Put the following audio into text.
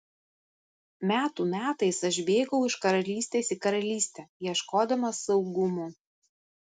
metų metais aš bėgau iš karalystės į karalystę ieškodamas saugumo